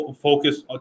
focus